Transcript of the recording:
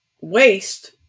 waste